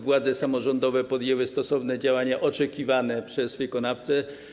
Władze samorządowe podjęły stosowne działania oczekiwane przez wykonawcę.